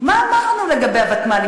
מה אמרנו לגבי הוותמ"לים?